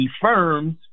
firms